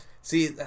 See